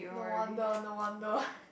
no wonder no wonder